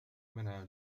منها